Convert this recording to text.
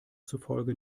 zufolge